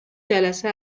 جلسه